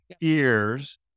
ears